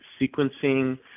sequencing